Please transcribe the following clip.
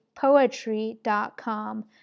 poetry.com